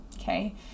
okay